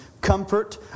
comfort